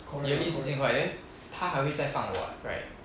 yearly 四千块 then 他还会在放的 [what] right